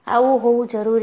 આવું હોવું જરૂરી નથી